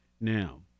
now